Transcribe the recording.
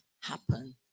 happen